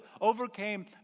Overcame